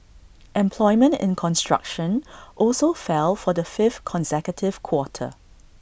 employment in construction also fell for the fifth consecutive quarter